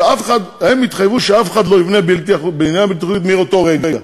הם התחייבו שאף אחד לא יבנה בנייה בלתי חוקית מאותו הרגע.